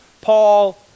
Paul